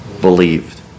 Believed